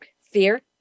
fear